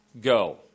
Go